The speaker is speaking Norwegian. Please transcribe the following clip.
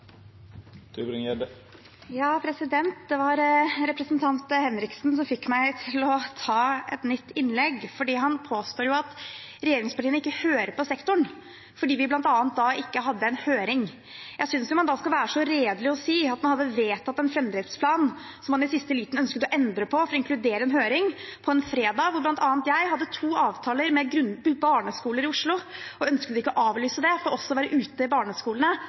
Det var representanten Henriksen som fikk meg til å ta et nytt innlegg, for han påstår at regjeringspartiene ikke hører på sektoren, bl.a. fordi vi ikke hadde en høring. Jeg synes man skal være så redelig å si at man hadde vedtatt en fremdriftsplan, som man i siste liten ønsket å endre på for å inkludere en høring på en fredag, hvor bl.a. jeg hadde to avtaler med barneskoler i Oslo og ikke ønsket å avlyse det. For også å være ute i barneskolene